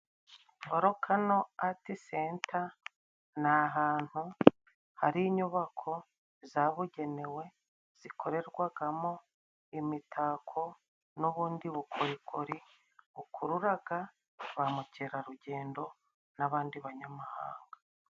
Volukano Atisenta ni ahantu hari inyubako zabugenewe zikorerwagamo imitako n'ubundi bukorikori bukururaga ba mukerarugendo n'abandi banyamahanga.